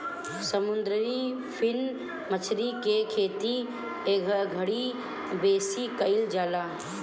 समुंदरी फिन मछरी के खेती एघड़ी बेसी कईल जाता